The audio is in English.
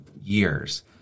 years